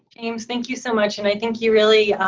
james thank you so much and i think you really yeah